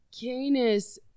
Canis